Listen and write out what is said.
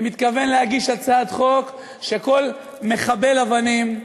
אני מתכוון להגיש הצעת חוק, שכל מחבל אבנים,